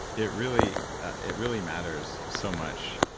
it really it really matters so much.